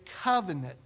covenant